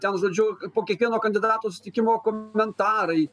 ten žodžiu po kiekvieno kandidato sutikimo komentarai